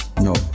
no